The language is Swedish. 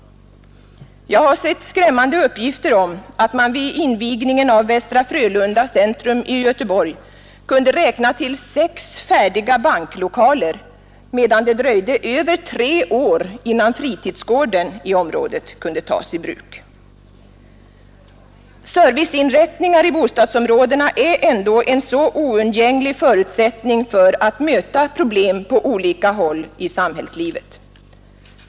Jag har sett skrämmande uppgifter om att man vid invigningen av Västra Frölunda centrum i Göteborg kunde räkna till sex färdiga banklokaler, medan det dröjde över tre år innan fritidsgården i området kunde tas i bruk. Serviceinrättningar i bostadsområdena är ju ändå en helt oundgänglig förutsättning för att möta problem på olika håll i samhällslivet.